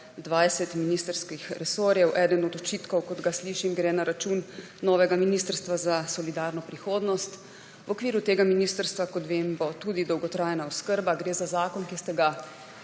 20 ministrskih resorjev. Eden od očitkov, ki jih slišim, gre na račun novega ministrstva za solidarno prihodnost. V okviru tega ministrstva, kot vem, bo tudi dolgotrajna oskrba. Gre za zakon, ki ste ga